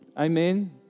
Amen